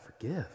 forgive